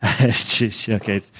okay